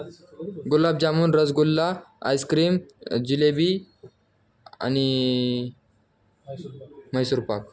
gulab jamun rasgulla ice cream jalebi आणि मैसूर पाक